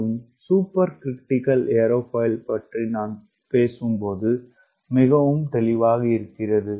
அதுவும் super critical airfoil பற்றி நான் பேசும்போது மிகவும் தெளிவாக இருக்கிறது